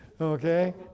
Okay